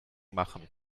machen